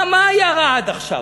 מה, מה היה רע עד עכשיו?